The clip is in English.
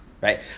right